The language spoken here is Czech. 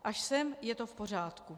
Až sem je to v pořádku.